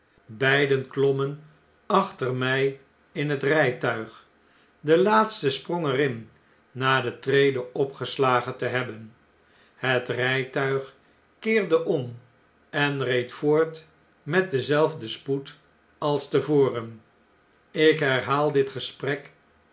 beiden klommen achter mjj in het rn'tuig de laatste sprong er in na de trede opgeslagen te hebben het rjjtuig keerde om en reed voort met denzelfden spoed als te voren ik herhaal dit gesprek